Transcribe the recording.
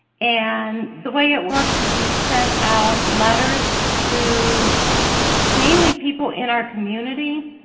and the way it works is we send out letters to mainly people in our community,